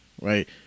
Right